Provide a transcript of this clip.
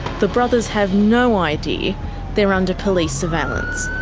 the brothers have no idea they're under police surveillance.